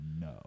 no